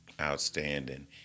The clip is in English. Outstanding